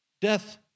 death